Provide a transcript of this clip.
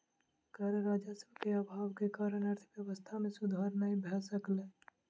कर राजस्व के अभाव के कारण अर्थव्यवस्था मे सुधार नै भ सकल